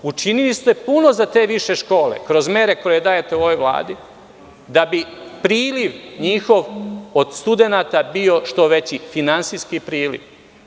Učinili ste puno za te više škole, kroz mere koje dajete ovoj Vladi, da bi njihov priliv od studenata bio što veći, finansijski priliv.